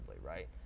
right